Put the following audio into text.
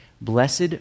blessed